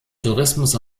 tourismus